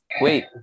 Wait